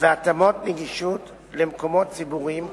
והתאמות נגישות למקומות ציבוריים קיימים,